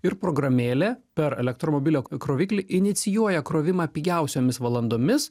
ir programėlė per elektromobilio įkroviklį inicijuoja krovimą pigiausiomis valandomis